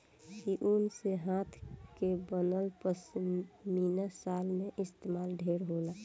इ ऊन से हाथ के बनल पश्मीना शाल में इस्तमाल ढेर होला